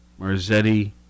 Marzetti